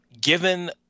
Given